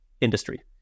industry